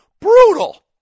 brutal